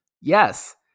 Yes